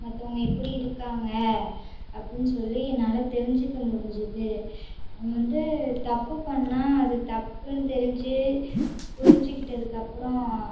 மற்றவங்க எப்படி இருகாங்கள் அப்படின்னு சொல்லி என்னால் தெரிஞ்சுக்க முடிஞ்சிடுது அது வந்து தப்பு பண்ணால் அது தப்புன்னு தெரிஞ்சு புரிஞ்சுகிட்டதுக்கு அப்பறம்